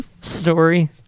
story